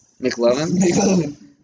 McLovin